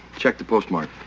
check the postmark.